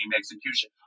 execution